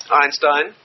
Einstein